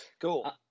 cool